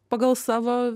pagal savo